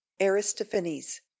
Aristophanes